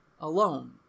alone